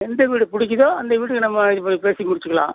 எந்த வீடு பிடிக்கிதோ அந்த வீட்டுக்கு நம்ம இது பண்ணி பேசி முடிச்சிக்கலாம்